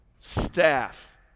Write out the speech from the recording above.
staff